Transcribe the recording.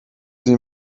sie